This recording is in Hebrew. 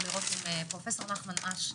פרופ' נחמן אש.